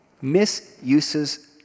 misuses